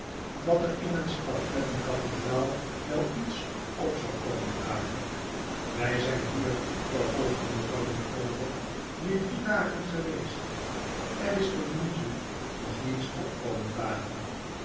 dat er in een stad met een kathedraal wel iets op zou komen dagen wij zijn hier vervolgde mevrouw micawber nu drie dagen geweest er is tot nu toe nog niets op komen dagen